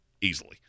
easily